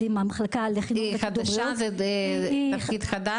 עם המחלקה ל- -- היא חדשה בתפקיד חדש?